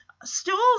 stools